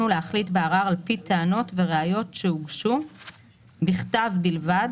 ולהחליט בערר על פי טענות וראיות שהוגשו בכתב בלבד,